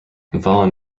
vaughan